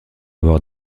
avoir